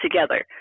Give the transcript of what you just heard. together